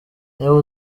niba